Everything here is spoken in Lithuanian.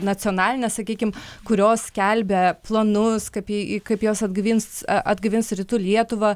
nacionalines sakykim kurios skelbia planus kaip kaip jos atgaivins atgaivins rytų lietuvą